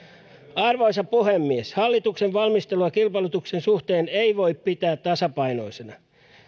arvoisa puhemies hallituksen valmistelua kilpailutuksen suhteen ei voi pitää tasapainoisena